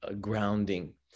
grounding